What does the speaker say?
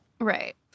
Right